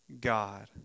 God